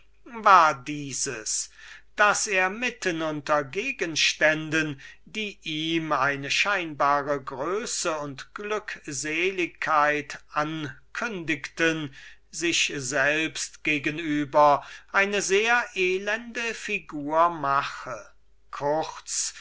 war dieses daß er mitten unter lauter gegenständen welche ihm seine scheinbare größe und glückseligkeit ankündigten in dem zustande worin er war sich selbst gegen über eine sehr elende figur machte